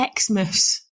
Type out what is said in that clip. Xmas